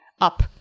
up